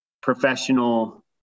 professional